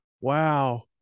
wow